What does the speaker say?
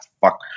fuck